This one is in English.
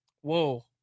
Whoa